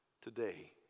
today